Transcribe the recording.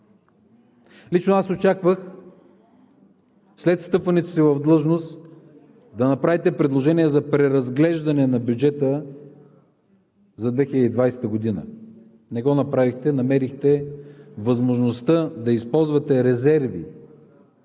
лично аз очаквах след встъпването си в длъжност да направите предложение за преразглеждане на бюджета за 2020 г. Не го направихте. Намерихте възможността да използвате резерви,